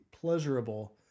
pleasurable